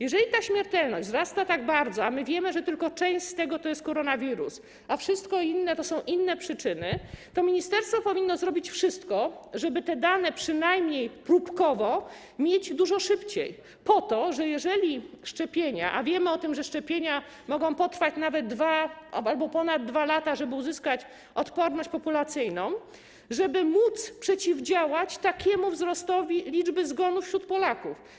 Jeżeli tak bardzo wzrasta śmiertelność, a wiemy, że tylko część z tego to jest koronawirus, a reszta to są inne przyczyny, to ministerstwo powinno zrobić wszystko, żeby te dane przynajmniej próbkowo mieć dużo szybciej, po to żeby - jeżeli szczepienia... a wiemy o tym, że szczepienia mogą potrwać nawet 2 albo ponad 2 lata, żeby uzyskać odporność populacyjną - móc przeciwdziałać takiemu wzrostowi liczby zgonów wśród Polaków.